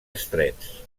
estrets